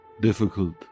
difficult